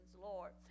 lord